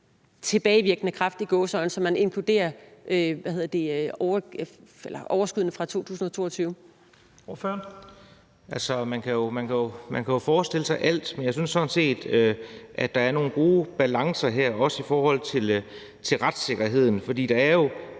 Lahn Jensen): Ordføreren. Kl. 13:37 Anders Kronborg (S): Man kan jo forestille sig alt, men jeg synes sådan set, at der er nogle gode balancer her, også i forhold til retssikkerheden. For der er jo